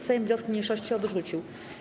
Sejm wnioski mniejszości odrzucił.